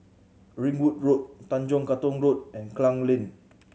Ringwood Road Tanjong Katong Road and Klang Lane